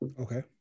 Okay